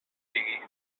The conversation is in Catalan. digui